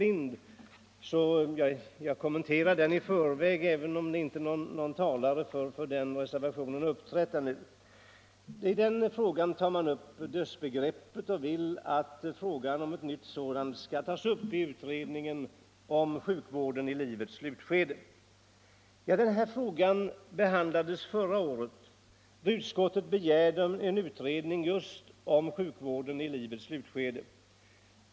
Jag skall kommentera också den reservationen, även om inte någon talare för den har uppträtt ännu. Herr Åkerlind tar här upp dödsbegreppet och vill att frågan om ett nytt sådant skall behandlas i utredningen om sjukvården i livets slutskede. Detta problem behandlades förra året, då utskottet begärde en utredning just om sjukvården i livets slutskede.